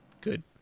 good